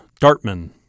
Dartman